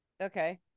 Okay